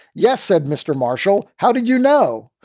yes, said mr. marshall. how did you know?